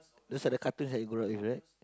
those are the cartoons that you grow up with right